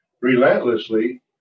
relentlessly